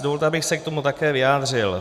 Dovolte, abych se k tomu také vyjádřil.